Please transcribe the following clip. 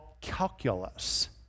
calculus